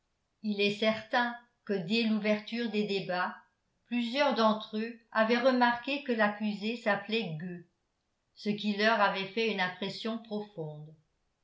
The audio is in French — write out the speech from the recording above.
il est certain que dès l'ouverture des débats plusieurs d'entre eux avaient remarqué que l'accusé s'appelait gueux ce qui leur avait fait une impression profonde